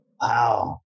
Wow